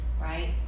right